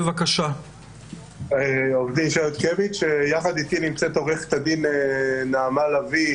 יחד אתי נמצאת עוה"ד נעמה לביא,